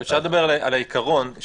אפשר לדבר על העיקרון,